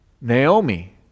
Naomi